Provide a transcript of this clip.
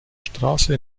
straße